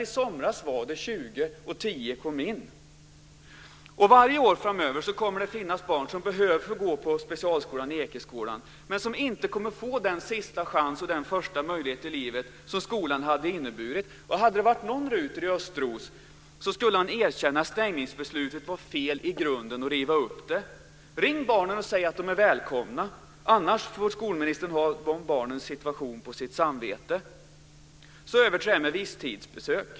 I somras var det nämligen 20 Varje år framöver kommer det att finnas barn som behöver få gå i specialskolan Ekeskolan men som inte kommer att få den sista chans och den första möjlighet i livet som skolan hade inneburit. Och om det hade varit någon ruter i Östros så skulle han erkänna att stängningsbeslutet var fel i grunden och riva upp det. Ring barnen och säg att de är välkomna, annars får skolministern ha dessa barns situation på sitt samvete. Så över till detta med visstidsbesök.